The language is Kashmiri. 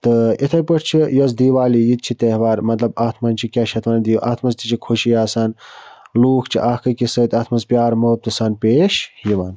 تہٕ یِتھَے پٲٹھۍ چھِ یۄس دیوالی یہِ تہِ چھِ تہوار مَطلب اَتھ مَنٛز چھِ کیٛاہ چھِ اَتھ وَنان اَتھ مَنٛز تہِ چھِ خوشی آسان لوٗکھ چھِ اکھ أکِس سۭتۍ اَتھ مَنٛز پیار مُحبتہٕ سان پیش یِوان